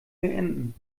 beenden